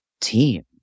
team